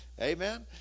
amen